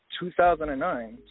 2009